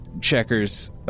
checkers